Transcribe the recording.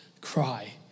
cry